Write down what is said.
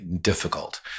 difficult